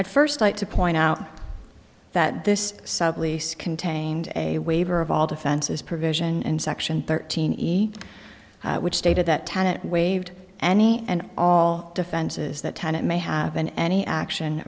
at first light to point out that this sublease contained a waiver of all defenses provision in section thirteen easy which stated that tenet waived any and all defenses that tenet may have been any action